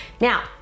Now